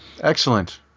Excellent